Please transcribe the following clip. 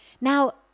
Now